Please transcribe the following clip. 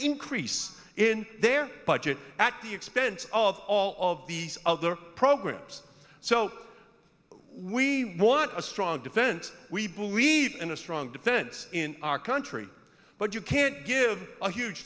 increase in their budget at the expense of all of these other programs so we want a strong defense we believe in a strong defense in our country but you can't give a huge